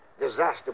disaster